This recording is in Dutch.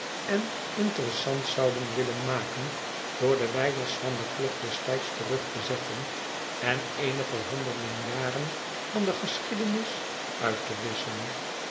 en interessant zouden willen maken door de wijzers van de klok des t ijds terug te zetten en eenige honderden jaren van de geschiedenis uit te wisschen